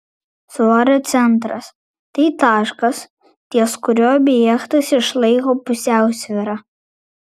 svorio centras tai taškas ties kuriuo objektas išlaiko pusiausvyrą